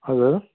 हजुर